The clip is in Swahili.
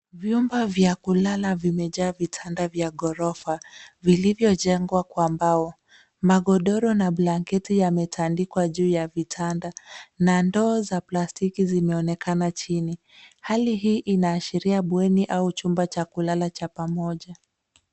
Vyumba vya kulala vimejaa vitanda vya ghorofa vilivyojengwa kwa mbao. Magodoro na blanketi yametandikwa juu ya vitanda na ndoo za plastiki zimeonekana chini. Hali hii inaashiria bweni au chumba cha kulala cha pamoja.